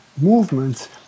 movements